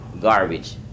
garbage